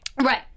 Right